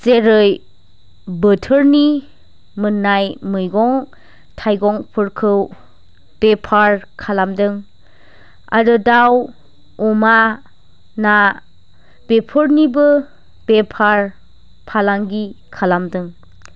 जेरै बोथोरनि मोननाय मैगं थाइगंफोरखौ बेफार खालामदों आरो दाउ अमा ना बेफोरनिबो बेफार फालांगि खालामदों